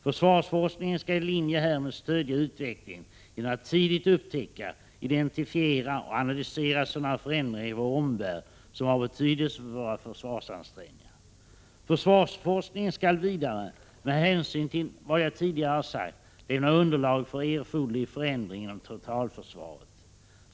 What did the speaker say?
Försvarsforskningen skall i linje härmed stödja utvecklingen genom att tidigt upptäcka, identifiera och analysera sådana förändringar i vår omvärld som har betydelse för våra försvarsansträngningar. Försvarsforskningen skall vidare, med hänsyn till vad jag tidigare har sagt, lämna underlag för erforderlig förändring inom totalförsvaret.